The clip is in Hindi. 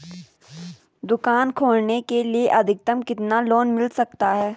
दुकान खोलने के लिए अधिकतम कितना लोन मिल सकता है?